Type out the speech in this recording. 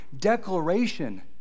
declaration